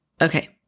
Okay